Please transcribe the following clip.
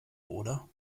oder